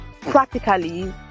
practically